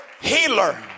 healer